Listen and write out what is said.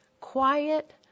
Quiet